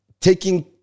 Taking